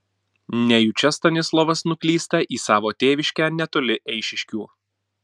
nejučia stanislovas nuklysta į savo tėviškę netoli eišiškių